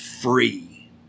free